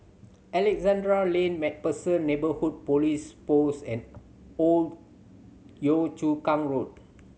Alexandra Lane Macpherson Neighbourhood Police Post and Old Yio Chu Kang Road